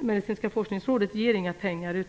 Medicinska forskningsrådet inte ger några pengar.